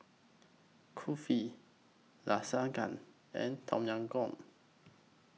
Kulfi Lasagna and Tom Yam Goong